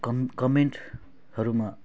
कम कमेन्टहरूमा